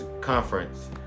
conference